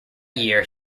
year